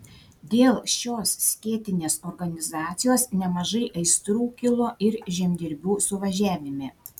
dėl šios skėtinės organizacijos nemažai aistrų kilo ir žemdirbių suvažiavime